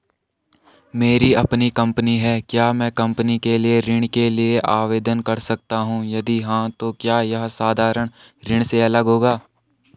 मेरी अपनी कंपनी है क्या मैं कंपनी के लिए ऋण के लिए आवेदन कर सकता हूँ यदि हाँ तो क्या यह साधारण ऋण से अलग होगा?